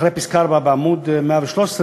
"אחרי פסקה (4)", בעמוד 113,